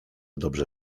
dobrze